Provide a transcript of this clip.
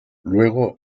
luego